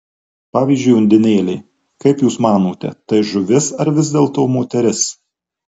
pavyzdžiui undinėlė kaip jūs manote tai žuvis ar vis dėlto moteris